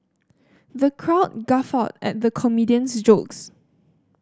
the crowd guffawed at the comedian's jokes